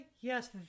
yes